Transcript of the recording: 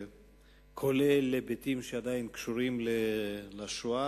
כולל היבטים שעדיין קשורים לשואה,